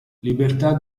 libertà